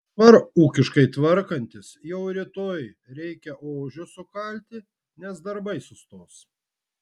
dabar ūkiškai tvarkantis jau rytoj reikia ožius sukalti nes darbai sustos